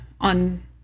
on